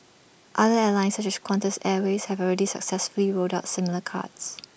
other airlines such as Qantas airways have already successfully rolled out similar cards